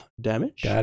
damage